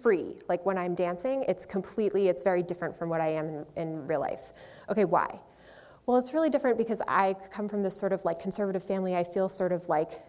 free like when i'm dancing it's completely it's very different from what i am in real life ok why well it's really different because i come from the sort of like conservative family i feel sort of like